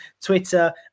Twitter